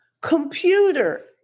computer